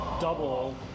double